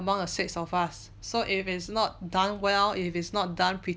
among the six of us so if its not done well if it's not done